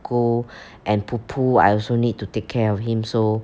go and poo poo I also need to take care of him so